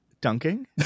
dunking